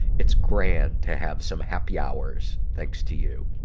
it's grand to have some happy hours, thanks to you.